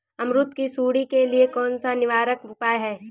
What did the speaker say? अमरूद की सुंडी के लिए कौन सा निवारक उपाय है?